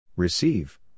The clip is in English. Receive